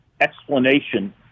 explanation